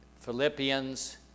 Philippians